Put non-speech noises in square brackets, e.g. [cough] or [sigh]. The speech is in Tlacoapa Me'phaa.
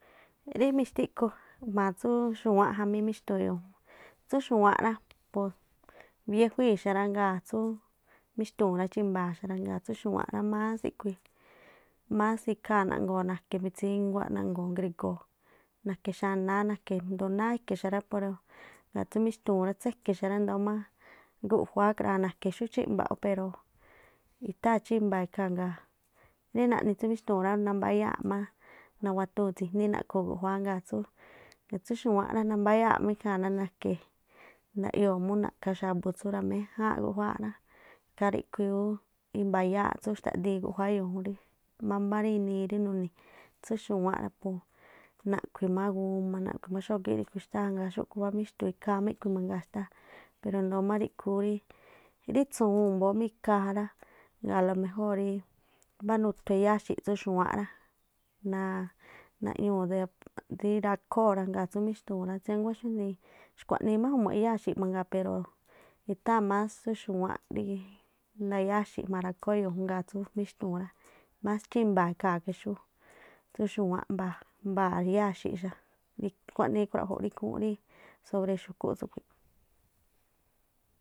Rí mixtiꞌkhu jma̱a tsú xúwáánꞌ jami míxtuun e̱yo̱o̱ jún. Tsú xu̱wáánꞌ rá pu biéjuíi̱ xa rá, ngaa̱ tsú míxtu̱u̱n rá, chimba̱a̱ xa rá, ngaa̱ tsú xu̱wáánꞌ rá mas ríꞌkhui̱ más ikhaa naꞌngo̱o̱ na̱ke̱ mistínguá, naꞌjngo̱o̱ grigo̱o̱, na̱ke xanáá na̱ke jndu náá e̱ke̱ xa rá puro ngaa̱ tsú míxtu̱u̱n tséke̱ xa rá, ndo̱o má nduꞌjuáá kraꞌjaa̱ na̱ke̱ xú chímba̱ꞌ ú pero i̱tháa̱n chímba̱a̱ ikhaa̱, rí naꞌni tsú míxtu̱u̱n rá, nambáyáa̱ má nawatuu̱n tsi̱ní na̱ꞌkhuu̱n guꞌjuáá. Ngaa tsú xu̱wáán rá nambáyáa̱ má ikhaa̱ na̱ke̱ raꞌyoo̱ mú na̱ꞌkha̱ xa̱bu̱ tsú ra̱méjáánꞌ guꞌjuááꞌ rá. Ikhaa ríꞌkhui̱ ú imbáyaaꞌ tsú xtaꞌdiin guꞌjuáá e̱yo̱o̱ jún rí mámbá ri inii rí nuni̱ tsú xu̱wáán rá pu naꞌkhui̱ má guma naꞌkhui̱ má xógíꞌ ríꞌkhui̱ xtáa̱ jma̱a ngaa̱ xúꞌkhu̱ má míxtuun ikhaa má iꞌkhui̱ mangaa̱ xtáa̱ pero i̱ndóó má ríꞌkhu̱ ú rí. Rí tsu̱wu̱un mbóó má ikhaa ja rá ngaa̱ a lo mejóo̱ rí mbánuthu eyáá xi̱ꞌ tsú xu̱wáánꞌ rá, naa, [unintelligible] rí rakhóo̱ rá, ngaa̱ tsú míxtu̱u̱n rá tsíanguá xúnii khua̱̱nii má jumu̱ꞌ eyáa̱ xi̱ꞌ mangaa̱ pero i̱tháa̱n más tsú xu̱wáánꞌ rí nayáxi̱̱ jma̱a ra̱khóó e̱yo̱o̱ jú. Ngaa̱ tsú jínxtu̱u̱n rá más chímba̱a̱ ikhaa̱ ke xú xu̱wáánꞌ mbaa̱ riyáa̱ xi̱ꞌ xa rí khuaꞌnii ikhruaꞌjo̱ꞌ rí ikhúún rí sobre xkúꞌ tsúꞌkhui̱.